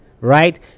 right